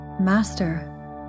Master